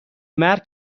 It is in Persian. مرگ